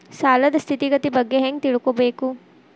ಸಾಲದ್ ಸ್ಥಿತಿಗತಿ ಬಗ್ಗೆ ಹೆಂಗ್ ತಿಳ್ಕೊಬೇಕು?